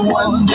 one